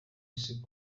isi